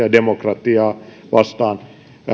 ja demokratiaa vastaan